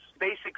basic